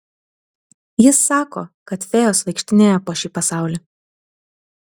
jis sako kad fėjos vaikštinėja po šį pasaulį